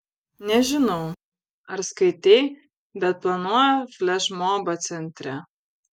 nežinau ar skaitei bet planuoja flešmobą centre